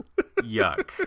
Yuck